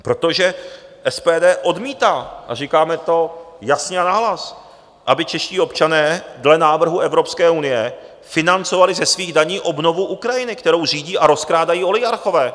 Protože SPD odmítá, a říkáme to jasně a nahlas, aby čeští občané dle návrhu Evropské unie financovali ze svých daní obnovu Ukrajiny, kterou řídí a rozkrádají oligarchové.